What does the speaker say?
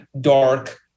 dark